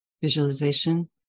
Visualization